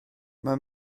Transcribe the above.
mae